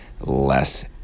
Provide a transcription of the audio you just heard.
less